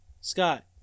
Scott